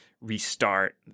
restart